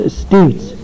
states